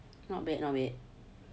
not bad not bad ya